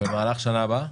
במהלך השנה הבאה?